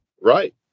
Right